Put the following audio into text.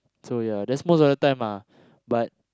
so ya that's most of the time ah but